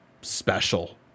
special